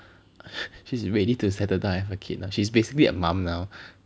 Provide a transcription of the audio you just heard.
she's ready to settle down and have a kid lah she's basically a mum now